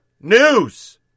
news